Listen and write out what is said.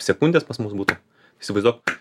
sekundės pas mus būtų įsivaizduok